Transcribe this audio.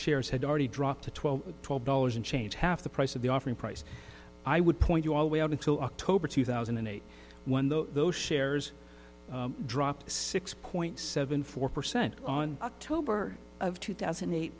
shares had already dropped to twelve twelve dollars and change half the price of the offering price i would point you all way up until october two thousand and eight when the those shares dropped six point seven four percent on october of two thousand and eight